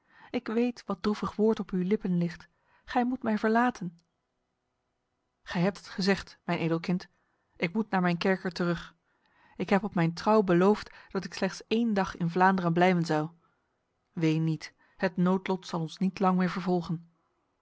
ik weet wat droevig woord op uw lippen ligt gij moet mij verlaten gij hebt het gezegd mijn edel kind ik moet naar mijn kerker terug ik heb op mijn trouw beloofd dat ik slechts een dag in vlaanderen blijven zou ween niet het noodlot zal ons niet lang meer vervolgen